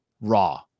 raw